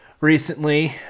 Recently